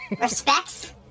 respects